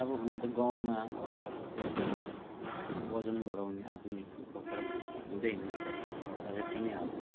अब हुन त गाउँमा त्यस्तो वजन बढाउने आधुनिक उपकरणहरू त हुँदैन तरै पनि अब